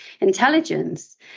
intelligence